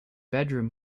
bedroom